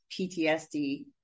PTSD